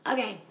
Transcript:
Okay